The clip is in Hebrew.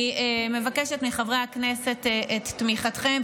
אני מבקשת מחברי הכנסת את תמיכתם,